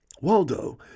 Waldo